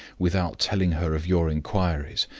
without telling her of your inquiries,